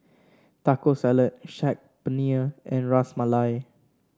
Taco Salad Saag Paneer and Ras Malai